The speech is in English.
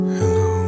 Hello